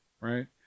Right